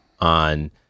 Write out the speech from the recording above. on